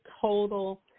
total